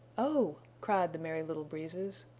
oh, cried the merry little breezes,